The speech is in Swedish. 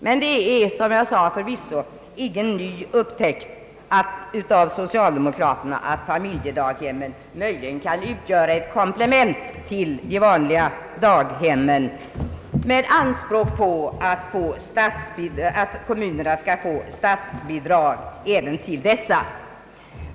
Men det är förvisso ingen ny upptäckt av socialdemokraterna att familjedaghemmen möjligen kan utgöra ett komplement till de vanliga daghemmen med anspråk på att kommunerna skall få statsbidrag även till dem.